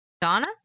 Donna